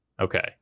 Okay